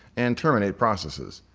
and terminate processes.